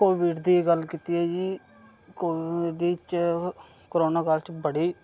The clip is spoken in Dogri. कोविड गल्ल कीती ऐ जी कोविड च कोरोना काल च बड़ी